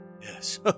yes